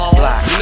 black